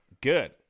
Good